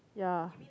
ya